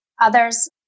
Others